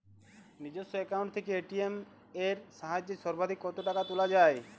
নিজস্ব অ্যাকাউন্ট থেকে এ.টি.এম এর সাহায্যে সর্বাধিক কতো টাকা তোলা যায়?